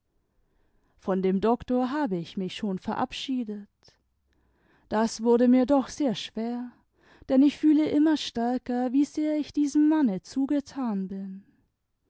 von dem doktor habe ich mich schon verabschiedet das wurde mir doch sehr schwer denn ich fühle immer stärker wie sehr ich diesem manne zugetan bin